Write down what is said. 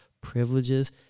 privileges